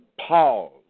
pause